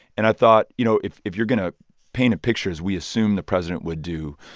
and i thought, you know, if if you're going ah paint a picture, as we assumed the president would do,